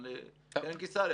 לקרן.